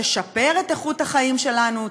על תשפר את איכות החיים שלנו,